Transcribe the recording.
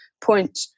point